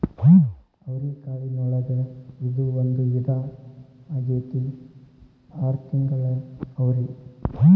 ಅವ್ರಿಕಾಳಿನೊಳಗ ಇದು ಒಂದ ವಿಧಾ ಆಗೆತ್ತಿ ಆರ ತಿಂಗಳ ಅವ್ರಿ